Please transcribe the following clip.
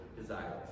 desires